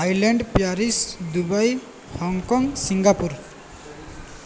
Thailand Paris Dubai Hong Kong Singapore